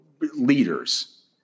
leaders